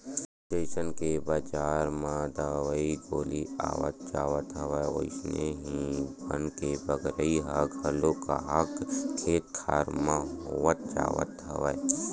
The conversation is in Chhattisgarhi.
जइसन के बजार म दवई गोली आवत जावत हवय अइसने ही बन के बगरई ह घलो काहक खेत खार म होवत जावत हवय